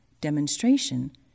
demonstration